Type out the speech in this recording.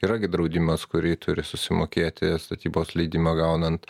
yra gi draudimas kurį turi susimokėti statybos leidimą gaunant